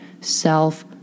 self